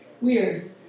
weird